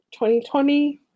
2020